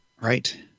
Right